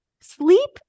sleep